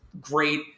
great